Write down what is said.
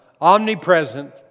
omnipresent